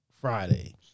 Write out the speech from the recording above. Friday